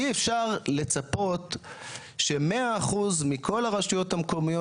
אי אפשר לצפות ש-100 אחוז מכל הרשויות המקומיות